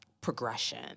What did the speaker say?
progression